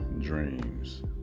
dreams